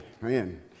man